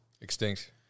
Extinct